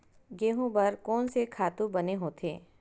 गेहूं बर कोन से खातु बने होथे?